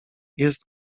jest